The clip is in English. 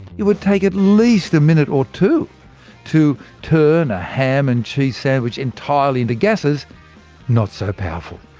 it would take at least a minute or two to turn a ham and cheese sandwich entirely into gases not so powerful.